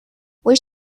wish